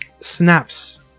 snaps